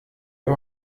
dem